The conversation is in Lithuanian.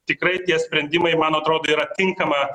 tikrai tie sprendimai man atrodo yra tinkama